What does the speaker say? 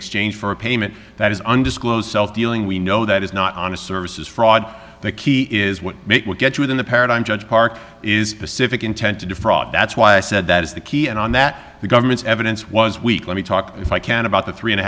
exchange for a payment that is undisclosed dealing we know that is not honest services fraud the key is what make what gets within the paradigm judge park is pacific intent to defraud that's why i said that is the key and on that the government's evidence was weak let me talk if i can about the three and a